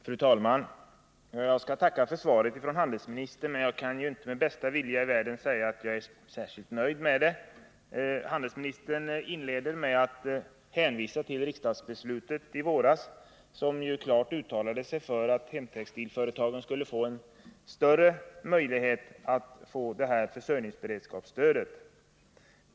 Fru talman! Jag tackar för handelsministerns svar, men kan med bästa vilja i världen inte säga att jag är särskilt nöjd med det. Handelsministern inledde med att hänvisa till riksdagsbeslutet i våras, i vilket det klart uttalades att hemtextilföretagen skulle få större möjligheter att erhålla försörjningsberedskapsstöd.